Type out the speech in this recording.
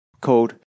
called